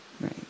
Right